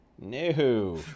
No